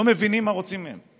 הם לא מבינים מה רוצים מהם.